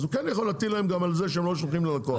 הוא כן יכול להטיל עליהם גם על זה שהם לא שולחים ללקוח.